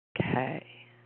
Okay